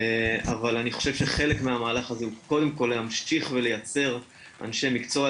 אני חושב שחלק מהמהלך הזה הוא קודם כל להמשיך ולייצר אנשי מקצוע,